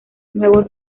nuevo